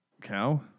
Cow